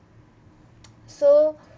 so